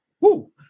Woo